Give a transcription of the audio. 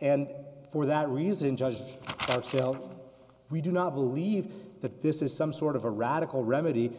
and for that reason just at scale we do not believe that this is some sort of a radical remedy